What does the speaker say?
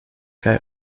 kaj